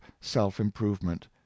self-improvement